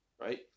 Right